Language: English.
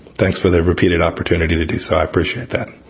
thanks for the repeated opportunity to do so. i appreciate that